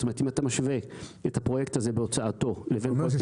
זאת אומרת שאם אתה משווה את הפרויקט הזה בהוצאתו לבין פרויקטים